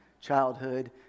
childhood